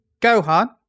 Gohan